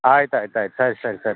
ಆಯ್ತು ಆಯ್ತು ಆಯ್ತು ಸರಿ ಸರಿ ಸರಿ